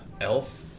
Elf